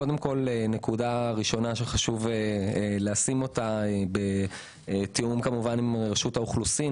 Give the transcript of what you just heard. נקודה ראשונה שחשוב לשים אותה בתיאום עם רשות האוכלוסין,